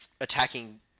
attacking